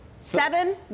Seven